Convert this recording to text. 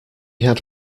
had